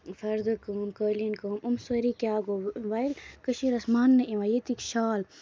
فردٕ کٲم کٲلیٖن کٲم أمۍ سٲری کیاہ گوٚو ووٚنۍ کٔشیٖر ٲسۍ ماننہٕ یِوان ییٚتِکۍ شال